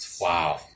wow